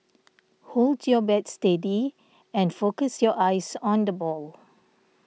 hold your bat steady and focus your eyes on the ball